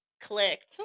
clicked